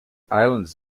islands